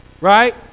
Right